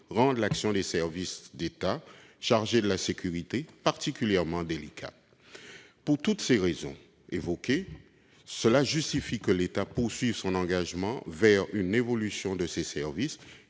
rendent l'action des services de l'État chargés de la sécurité particulièrement délicate. Pour toutes les raisons que je viens d'évoquer, l'État doit poursuivre son engagement en faveur d'une évolution de ses services.